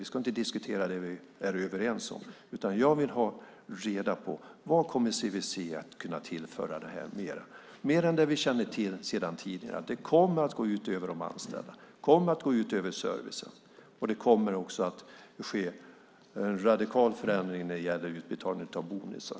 Vi ska inte diskutera det som vi är överens om, utan jag vill ha reda på vad CVC kommer att kunna tillföra mer än det vi känner till sedan tidigare. Det kommer att gå ut över de anställda, och det kommer att gå ut över servicen. Det kommer också att ske en radikal förändring när det gäller utbetalning av bonusar.